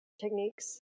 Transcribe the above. techniques